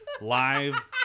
live